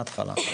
מההתחלה.